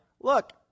Look